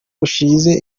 ushyize